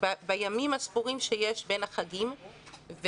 בימים הספורים בין החגים.